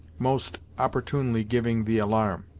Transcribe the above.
most opportunely giving the alarm.